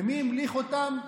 ומי המליך אותם?